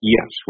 Yes